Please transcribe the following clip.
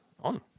on